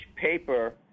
paper